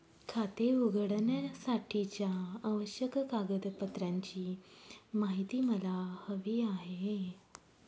खाते उघडण्यासाठीच्या आवश्यक कागदपत्रांची माहिती मला हवी आहे